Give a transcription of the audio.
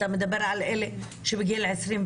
אתה מדבר על אלה שבגיל 24?